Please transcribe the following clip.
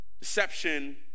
Deception